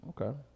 Okay